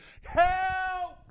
help